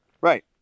Right